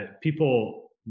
people